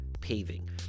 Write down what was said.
Paving